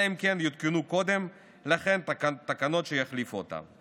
אלא אם כן יותקנו קודם לכן תקנות שיחליפו אותם.